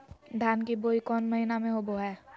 धान की बोई कौन महीना में होबो हाय?